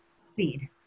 speed